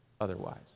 otherwise